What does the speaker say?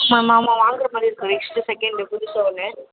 ஆமாம் ஆமாம் ஆமாம் வாங்குகிற மாதிரி இருக்குது நெக்ஸ்ட்டு செகண்ட் புதுசாக ஒன்று